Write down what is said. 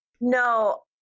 No